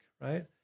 right